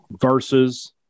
versus